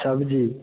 सबजी